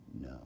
no